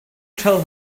tell